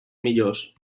millors